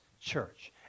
church